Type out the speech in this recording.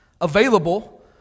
available